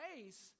face